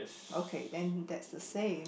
okay then that's the same